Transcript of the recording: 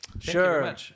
Sure